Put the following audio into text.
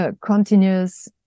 continuous